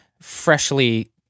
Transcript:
freshly